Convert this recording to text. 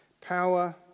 Power